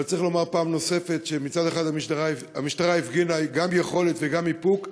אבל צריך לומר פעם נוספת שמצד אחד המשטרה הפגינה גם יכולת וגם איפוק,